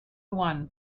one